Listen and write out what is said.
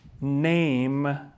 Name